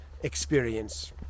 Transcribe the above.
experience